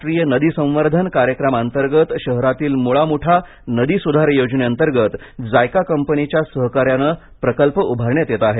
राष्ट्रीय नदी संवर्धन कार्यक्रमाअंतर्गत शहरातील मुळा मुठा नदी सुधार योजनेअंतर्गत जायका कंपनीच्या सहकार्याने प्रकल्प उभारण्यात येत आहे